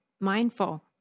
Mindful